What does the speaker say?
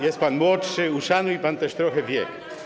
Jest pan młodszy, uszanuj pan też trochę wiek.